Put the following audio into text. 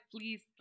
please